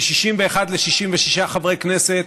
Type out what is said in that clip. מ-61 ל-66 חברי כנסת,